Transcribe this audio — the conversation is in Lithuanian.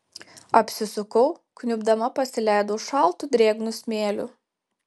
apsisukau kniubdama pasileidau šaltu drėgnu smėliu